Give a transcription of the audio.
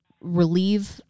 relieve